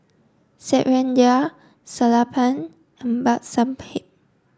Satyendra Sellapan and Babasaheb